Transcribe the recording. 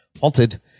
halted